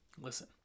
Listen